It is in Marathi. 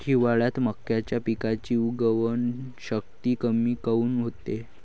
हिवाळ्यात मक्याच्या पिकाची उगवन शक्ती कमी काऊन होते?